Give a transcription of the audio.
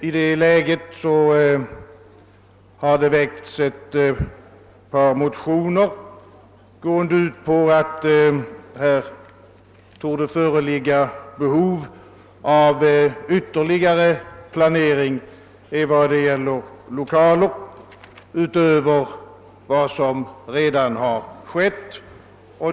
I det läget har det väckts ett par motioner gående ut på att det torde föreligga behov av ytterligare planering i vad det gäller lokalerna utöver vad som redan skett.